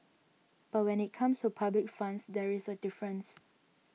but when it comes to public funds there is a difference